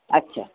अच्छा